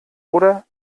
oder